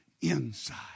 inside